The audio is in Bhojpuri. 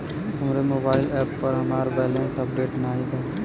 हमरे मोबाइल एप पर हमार बैलैंस अपडेट नाई बा